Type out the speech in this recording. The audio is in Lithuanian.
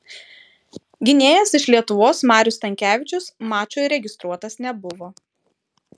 gynėjas iš lietuvos marius stankevičius mačui registruotas nebuvo